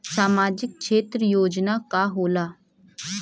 सामाजिक क्षेत्र योजना का होला?